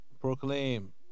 proclaim